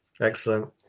Excellent